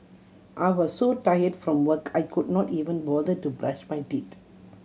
I was so tired from work I could not even bother to brush my teeth